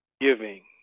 giving